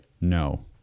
no